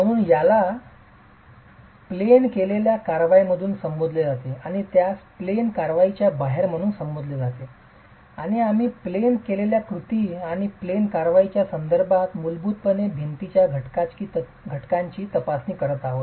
म्हणूनच याला प्लेन केलेल्या कारवाई म्हणून संबोधले जाते आणि त्यास प्लेन कारवाईच्या बाहेर म्हणून संबोधले जाते आणि आम्ही प्लेन केलेल्या कृती आणि प्लेन कारवाईच्या संदर्भात मूलभूतपणे भिंतीच्या घटकाची तपासणी करत आहोत